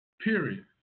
Period